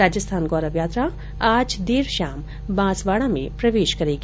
राजस्थान गौरव यात्रा आज देर शाम बांसवाडा में प्रवेश करेंगी